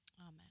Amen